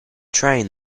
train